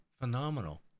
phenomenal